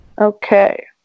Okay